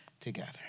together